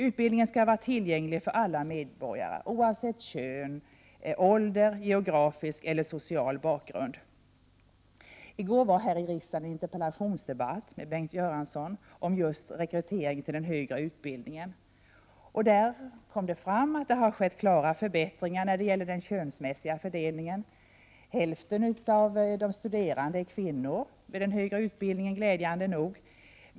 Utbildningen skall vara tillgänglig för alla medborgare oavsett kön, ålder, geografisk eller social bakgrund. I går var det en interpellationsdebatt här i riksdagen med Bengt Göransson om just rekryteringen till den högre utbildningen. Där kom det fram att det har skett klara förbättringar när det gäller den könsmässiga fördelningen. Hälften av de studerande i högre utbildning är kvinnor, glädjande nog.